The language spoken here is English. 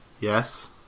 Yes